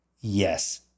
yes